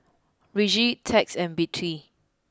Reggie Tex and Bette